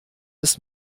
ist